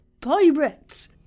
pirates